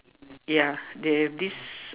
ya they have this